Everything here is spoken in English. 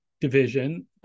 division